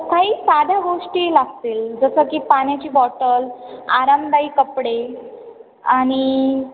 काही साध्या गोष्टी लागतील जसं की पाण्याची बॉटल आरामदायी कपडे आणि